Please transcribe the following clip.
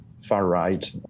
far-right